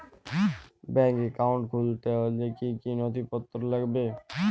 Bank account খুলতে হলে কি কি নথিপত্র লাগবে?